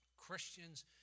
christians